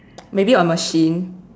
maybe a machine